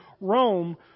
Rome